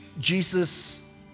Jesus